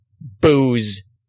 Booze